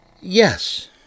yes